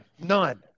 None